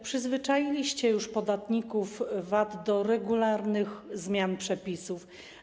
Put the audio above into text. Przyzwyczailiście już podatników VAT do regularnych zmian przepisów.